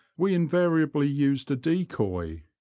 we invariably used a decoy,